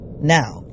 Now